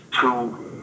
two